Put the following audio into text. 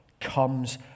comes